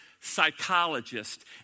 psychologist